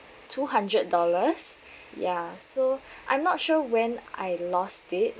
two hundred dollars ya us so I'm not sure when I lost it